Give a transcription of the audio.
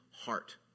heart